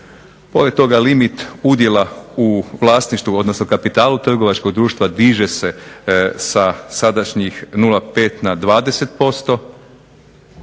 Pored toga limit udjela u vlasništvu, odnosno kapital trgovačkog društva diže se sa sadašnjih 0,5 na 20%.